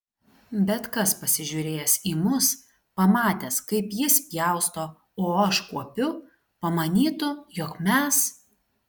bet kas pasižiūrėjęs į mus pamatęs kaip jis pjausto o aš kuopiu pamanytų jog mes